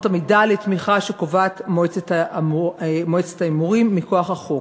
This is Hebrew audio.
המידה לתמיכה שקובעת מועצת ההימורים מכוח החוק.